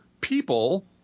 people